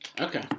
Okay